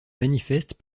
manifeste